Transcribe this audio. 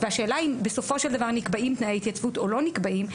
והשאלה האם בסופו של דבר נקבעים תנאי התייצבות או לא נקבעים,